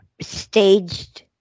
staged